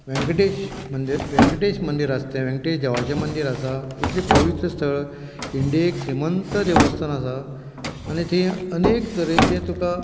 व्यंकटेश मंदीर आसा तें देवाचें मंदीर आसा इतलें पवित्र स्थळ इंडियेक श्रीमंत देवस्थान आसा आनी थंय अनेक तरेचें तुका